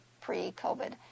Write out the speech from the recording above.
pre-COVID